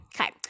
Okay